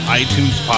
iTunes